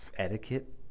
etiquette